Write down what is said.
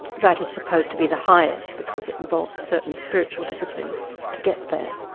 that is supposed to be the highest, because it involves a certain spiritual discipline to get there.